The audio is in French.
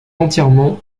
entièrement